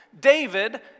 David